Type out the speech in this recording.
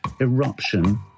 eruption